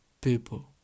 people